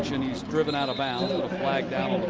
and he's driven out of bounds. a flag down.